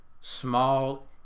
small